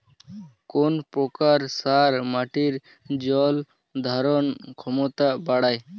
কোন প্রকার সার মাটির জল ধারণ ক্ষমতা বাড়ায়?